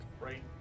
Right